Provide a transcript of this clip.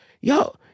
yo